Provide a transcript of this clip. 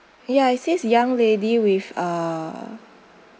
ya is this young lady with uh